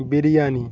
biryani